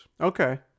Okay